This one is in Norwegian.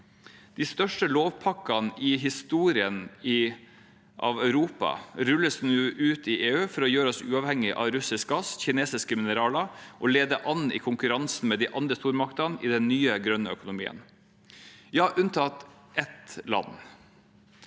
De største lovpakkene i Europas historie rulles nå ut i EU for å gjøre oss uavhengig av russisk gass, kinesiske mineraler og for å lede an i konkurransen med de andre stormaktene i den nye grønne økonomien – ja, unntatt ett land,